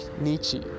Nietzsche